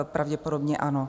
Pravděpodobně ano.